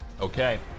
Okay